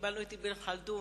קיבלנו את אבן ח'לדון,